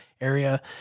area